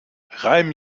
reim